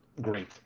Great